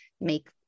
make